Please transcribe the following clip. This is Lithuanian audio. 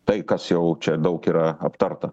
tai kas jau čia daug yra aptarta